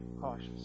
cautious